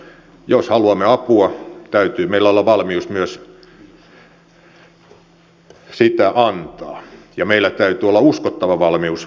jos haluamme apua täytyy meillä olla valmius myös sitä antaa ja meillä täytyy olla uskottava valmius